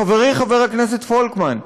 חברי חבר הכנסת פולקמן,